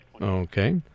Okay